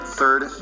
third